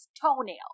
toenail